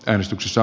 äänestyksessä